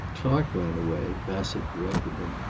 clark ran away, bassett corrected him.